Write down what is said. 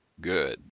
good